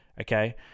okay